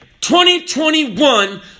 2021